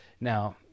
Now